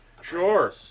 Sure